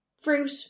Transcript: fruit